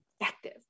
effective